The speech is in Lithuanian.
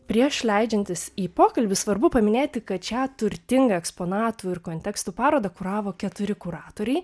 prieš leidžiantis į pokalbį svarbu paminėti kad šią turtingą eksponatų ir kontekstų parodą kuravo keturi kuratoriai